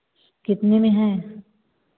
कितने में है